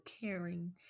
caring